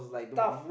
tough